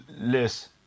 less